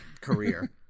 career